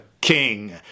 king